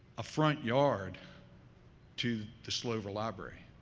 a front yard to the slovir library.